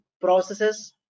processes